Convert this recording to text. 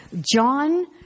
John